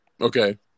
Okay